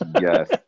Yes